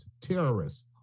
terrorists